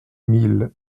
mille